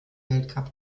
weltcup